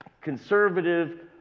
conservative